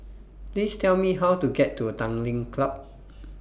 Please Tell Me How to get to Tanglin Club